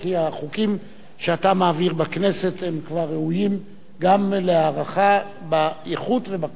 כי החוקים שאתה מעביר בכנסת כבר ראויים להערכה גם באיכות וגם בכמות.